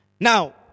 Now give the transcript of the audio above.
Now